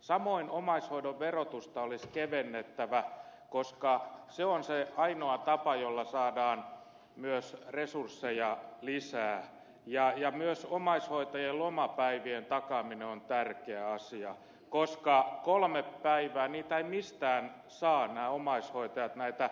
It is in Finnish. samoin omaishoidon verotusta olisi kevennettävä koska se on se ainoa tapa jolla saadaan myös resursseja lisää ja myös omaishoitajien lomapäivien takaaminen on tärkeä asia koska kolme päivää niitä eivät mistään saa nämä omaishoitajat näitä lomapäiviä